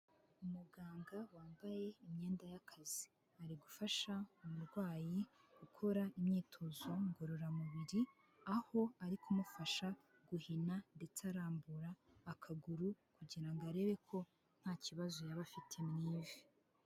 Umuganga wambaye imyenda y'akazi ari gufasha umurwayi gukora imyitozo ngororamubiri aho ari kumufasha guhina ndetse arambura akaguru kugira ngo arebe ko nta kibazo yaba afite mu ivi.